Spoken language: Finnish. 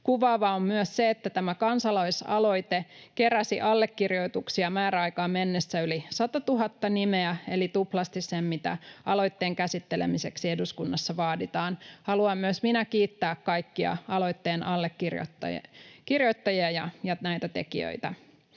Kuvaavaa on myös se, että tämä kansalaisaloite keräsi allekirjoituksia määräaikaan mennessä yli satatuhatta nimeä eli tuplasti sen, mitä aloitteen käsittelemiseksi eduskunnassa vaaditaan. Myös minä haluan kiittää kaikkia aloitteen allekirjoittaja ja näitä tekijöitä.